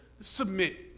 submit